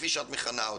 כפי שאת מכנה אותו,